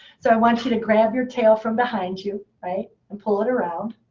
so i want you to grab your tail from behind you, right? and pull it around.